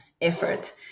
effort